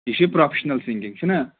یہِ چھُ professional singing چھُنہ